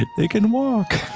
it it can walk